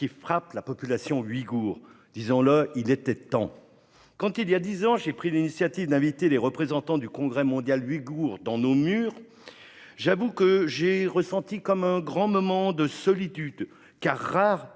frappe la population ouïghoure. Disons-le tout net : il était temps ! Quand, voilà dix ans, j'ai pris l'initiative d'inviter les représentants du Congrès mondial ouïghour dans nos murs, j'avoue avoir ressenti un grand moment de solitude, car rares